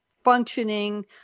functioning